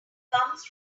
comes